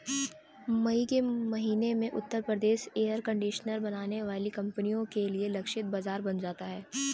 मई के महीने में उत्तर प्रदेश एयर कंडीशनर बनाने वाली कंपनियों के लिए लक्षित बाजार बन जाता है